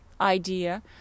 idea